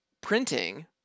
printing